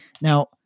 Now